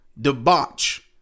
debauch